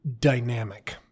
dynamic